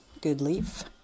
Goodleaf